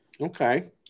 okay